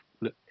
look